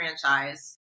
franchise